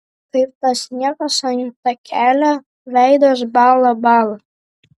kaip tas sniegas ant takelio veidas bąla bąla